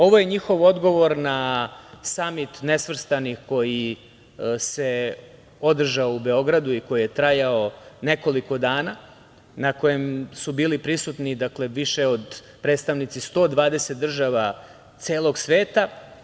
Ovo je njihov odgovor na Samit nesvrstanih koji se održao u Beogradu i koji je trajao nekoliko dana, na kojem su bili prisutni predstavnici više od 120 država celog sveta.